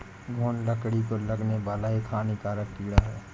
घून लकड़ी को लगने वाला एक हानिकारक कीड़ा है